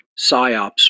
PSYOPs